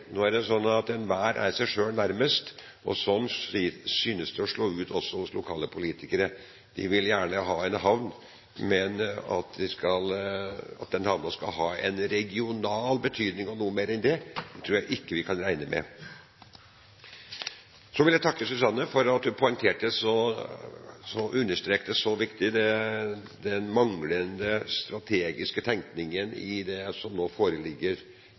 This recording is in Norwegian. Nå er det sånn at enhver er seg selv nærmest, og sånn synes det å slå ut også hos lokale politikere. De vil gjerne ha en havn, men at den havnen skal ha en regional betydning – og noe mer enn det – tror jeg ikke vi kan regne med. Så vil jeg takke Susanne Bratli for at hun poengterte og understreket mangelen på strategisk tenkning i det som foreligger i KVU-en for godsterminal i Midt-Norge. Det